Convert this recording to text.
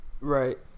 Right